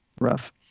Rough